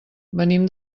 venim